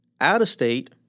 Out-of-state